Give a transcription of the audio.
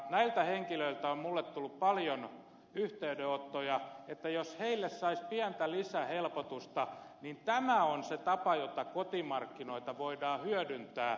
näiltä henkilöiltä on minulle tullut paljon yhteydenottoja että jos heille saisi pientä lisähelpotusta niin tämä on se tapa jolla kotimarkkinoita voidaan hyödyttää